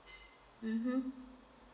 mmhmm